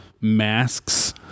masks